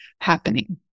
happening